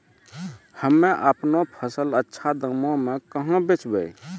हम्मे आपनौ फसल अच्छा दामों मे कहाँ बेचबै?